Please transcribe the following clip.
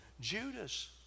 Judas